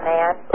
Man